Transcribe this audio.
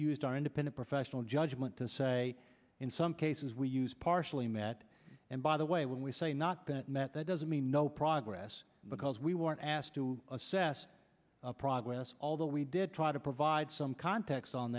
used our independent professional judgment to say in some cases we use partially met and by the way when we say not that met that doesn't mean no progress because we weren't asked to assess progress although we did try to provide some context on